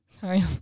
Sorry